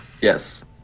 Yes